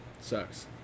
sucks